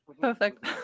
perfect